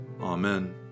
Amen